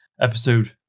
episode